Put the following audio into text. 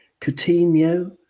coutinho